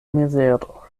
mizero